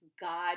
God